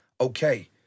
okay